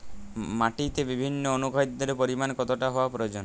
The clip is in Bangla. মাটিতে বিভিন্ন অনুখাদ্যের পরিমাণ কতটা হওয়া প্রয়োজন?